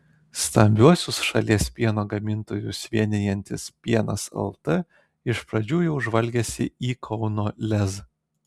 stambiuosius šalies pieno gamintojus vienijantis pienas lt iš pat pradžių jau žvalgėsi į kauno lez